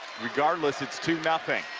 regardless, it's two